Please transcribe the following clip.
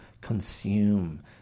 consume